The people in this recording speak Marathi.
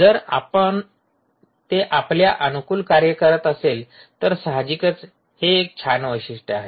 जर ते आपल्या अनुकूल कार्य करत असेल तर साहजिकच हे एक छान वैशिष्ट्य आहे